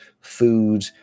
food